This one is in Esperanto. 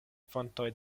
fontoj